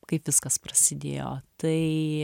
kaip viskas prasidėjo tai